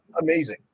amazing